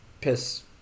piss